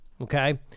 Okay